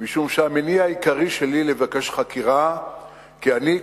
משום שהמניע העיקרי שלי לבקש חקירה הוא שאני,